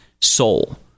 soul